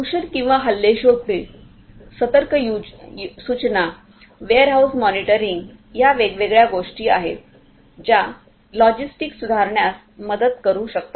दूषण किंवा हल्ले शोधणे सतर्क सूचना वेअरहाऊस मॉनिटरींग या वेगवेगळ्या गोष्टी आहेत ज्या लॉजिस्टिक्स सुधारण्यास मदत करू शकतात